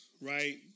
right